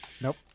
nope